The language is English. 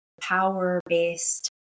power-based